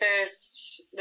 first